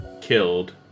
killed